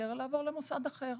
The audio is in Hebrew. להתפטר ולעבור למוסד אחר.